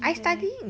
I studying